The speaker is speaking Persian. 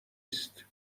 است